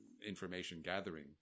information-gathering